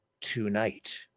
tonight